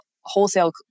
wholesale